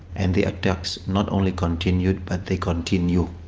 and the attacks not only continued, but they continue